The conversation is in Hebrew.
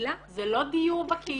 קהילה -- זה לא דיור בקהילה.